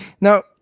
Now